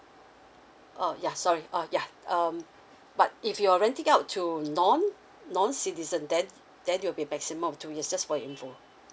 uh ya sorry uh ya um but if you're renting out to non non citizen then then will be maximum of two years just for your info